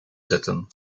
zetten